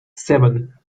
seven